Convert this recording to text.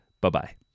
Bye-bye